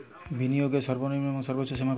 বিনিয়োগের সর্বনিম্ন এবং সর্বোচ্চ সীমা কত?